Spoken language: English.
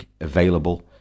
available